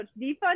Defund